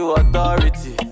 authority